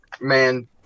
man